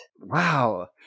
Wow